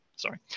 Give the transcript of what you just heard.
sorry